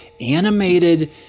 animated